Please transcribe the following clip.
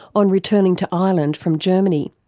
on returning to ireland from germany,